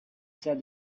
said